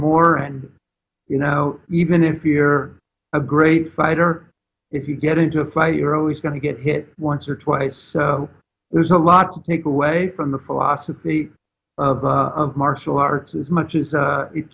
and you know even if you're a great fighter if you get into a fight you're always going to get hit once or twice there's a lot to take away from the philosophy of the martial arts as much as